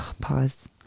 pause